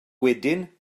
wedyn